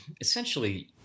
essentially